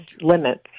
limits